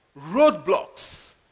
roadblocks